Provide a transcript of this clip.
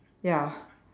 ya